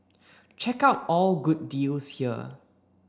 check out all good deals here